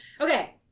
Okay